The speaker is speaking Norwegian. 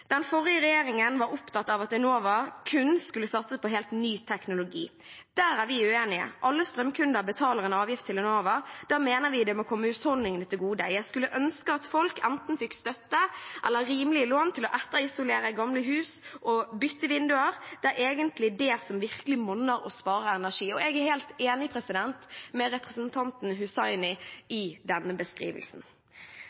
forrige regjering var opptatt av at Enova kun skulle satse på helt ny teknologi. Der er vi uenige. Alle strømkunder betaler en avgift til Enova, da mener vi at det må komme husholdningene til gode. Jeg skulle ønske at folk enten fikk støtte eller rimelige lån til å etterisolere gamle hus og bytte vinduer, det er egentlig det som virkelig monner og sparer energi.» Jeg er helt enig med representanten Hussaini i